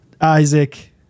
Isaac